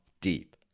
deep